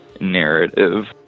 narrative